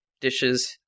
dishes